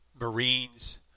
Marines